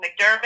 McDermott